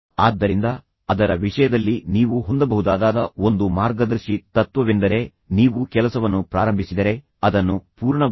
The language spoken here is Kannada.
ಆದ್ದರಿಂದ ಅದರ ವಿಷಯದಲ್ಲಿ ನೀವು ಹೊಂದಬಹುದಾದ ಒಂದು ಮಾರ್ಗದರ್ಶಿ ತತ್ವವೆಂದರೆ ನೀವು ಕೆಲಸವನ್ನು ಪ್ರಾರಂಭಿಸಿದರೆ ಅದನ್ನು ಪೂರ್ಣಗೊಳಿಸಿ